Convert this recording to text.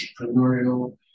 entrepreneurial